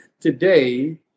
today